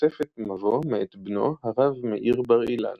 בתוספת מבוא מאת בנו הרב מאיר בר-אילן.